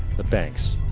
the banks!